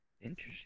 Interesting